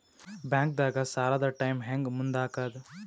ಬ್ಯಾಂಕ್ದಾಗ ಸಾಲದ ಟೈಮ್ ಹೆಂಗ್ ಮುಂದಾಕದ್?